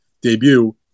debut